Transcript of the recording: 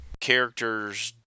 character's